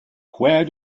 where